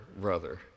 brother